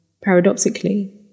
Paradoxically